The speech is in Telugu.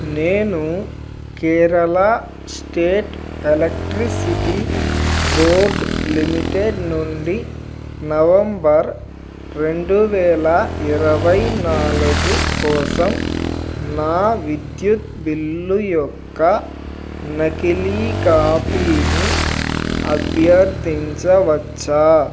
నేను Kerala state electricity board limited నుండి నవంబర్ రెండు వేల ఇరవై నాలుగు కోసం నా విద్యుత్ బిల్లు యొక్క నకిలీ కాపీని అభ్యర్థించవచ్చా